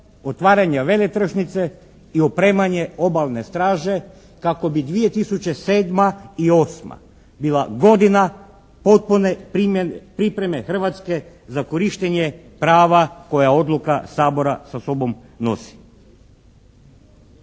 otvaranje veletržnice i opremanje obalne straže kako bi 2007. i 2008. bila godina potpune pripreme Hrvatske za korištenje prava koja odluka Sabora sa sobom nosi